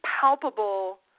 palpable